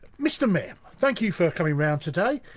mr mayor, thank you for coming round today.